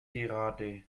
gerade